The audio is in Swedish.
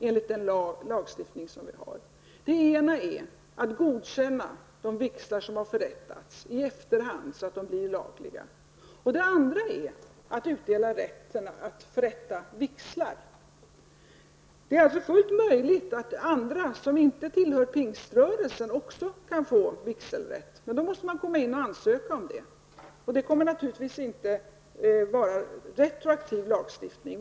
Den ena saken som regeringen kan göra är att i efterhand godkänna de vigslar som har förrättats, så att dessa blir lagliga. Den andra saken som regeringen kan göra är att utdela rätten att förrätta vigslar. Det är alltså fullt möjligt att också andra som inte tillhör pingströrelsen får vigselrätt. Men då måste man ansöka därom, och det kommer då naturligtvis inte att vara fråga om en retroaktiv lagstiftning.